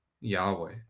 Yahweh